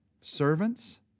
Servants